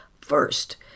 first